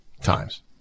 times